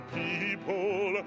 people